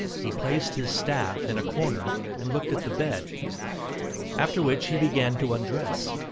he placed his staff in a corner and looked at the bed after which he began to undress.